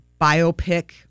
biopic